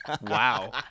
Wow